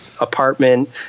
apartment